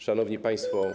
Szanowni Państwo!